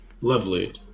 Lovely